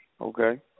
Okay